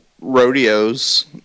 rodeos